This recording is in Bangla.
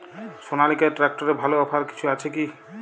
সনালিকা ট্রাক্টরে ভালো অফার কিছু আছে কি?